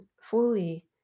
fully